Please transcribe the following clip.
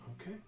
Okay